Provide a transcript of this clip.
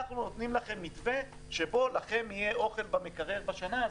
אנחנו נותנים לכם מתווה שבו לכם יהיה אוכל במקרר בשנה הזאת.